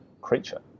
creature